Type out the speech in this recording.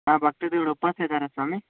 ಹಾಂ ಭಕ್ತಾದಿಗಳು ಉಪವಾಸ ಇದ್ದಾರ ಸ್ವಾಮಿ